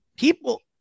people